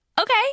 Okay